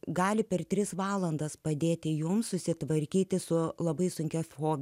gali per tris valandas padėti jums susitvarkyti su labai sunkia fo